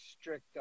strict